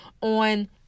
on